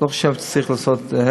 לא חושב שצריך לעשות,